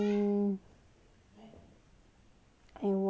and one what else ah just now you recommend what